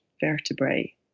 vertebrae